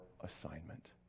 assignment